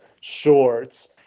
shorts